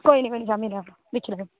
कोई निं कोई निं शामीं लै औना दिक्खी लैयो